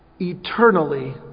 eternally